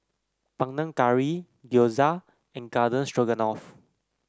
Panang Curry Gyoza and Garden Stroganoff